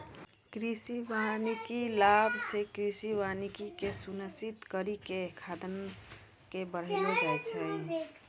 कृषि वानिकी लाभ से कृषि वानिकी के सुनिश्रित करी के खाद्यान्न के बड़ैलो जाय छै